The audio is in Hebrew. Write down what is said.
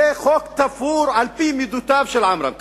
זה חוק תפור על-פי מידותיו של עמרם קלעג'י.